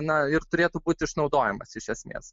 na ir turėtų būt išnaudojamas iš esmės